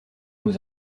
nous